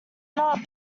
not